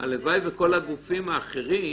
-- הלוואי שכל הגופים האחרים